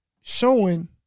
Showing